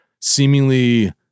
seemingly